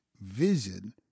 vision